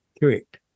Correct